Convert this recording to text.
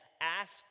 ask